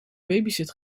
babysit